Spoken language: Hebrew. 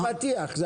זה הפתיח.